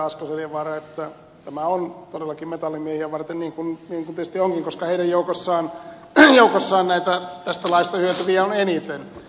asko seljavaara että tämä on todellakin metallimiehiä varten niin kuin tietysti onkin koska heidän joukossaan tästä laista hyötyviä on eniten